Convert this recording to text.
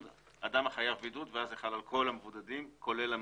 יבוא "אדם החייב בידוד" ואז זה חל על כל המבודדים כולל החולים.